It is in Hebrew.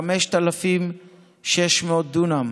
5,600 דונם,